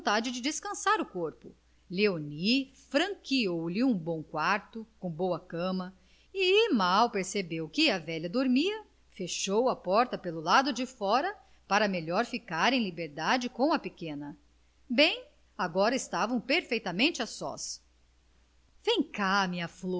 vontade de descansar o corpo léonie franqueou lhe um bom quarto com boa cama e mal percebeu que a velha dormia fechou a porta pelo lado de fora para melhor ficar em liberdade com a pequena bem agora estavam perfeitamente a sós vem cá minha